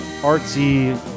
artsy